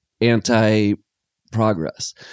anti-progress